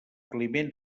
climent